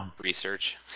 research